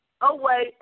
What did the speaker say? away